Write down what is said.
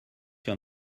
your